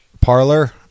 parlor